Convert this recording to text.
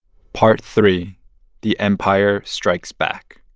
part three the empire strikes back